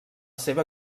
seva